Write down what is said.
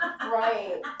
Right